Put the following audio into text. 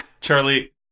Charlie